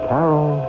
Carol